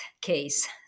case